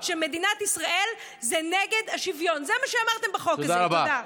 תודה רבה.